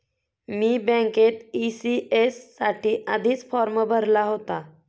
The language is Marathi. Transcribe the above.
मी बँकेत ई.सी.एस साठी आधीच फॉर्म भरला होता